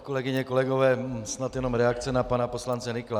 Kolegyně a kolegové, snad jen reakce na pana poslance Nykla.